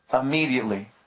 Immediately